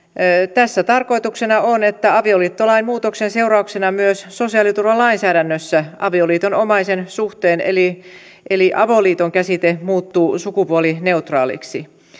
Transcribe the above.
tässä tarkoituksena on että avioliittolain muutoksen seurauksena myös sosiaaliturvalainsäädännössä avioliitonomaisen suhteen eli eli avoliiton käsite muuttuu sukupuolineutraaliksi